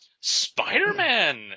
Spider-Man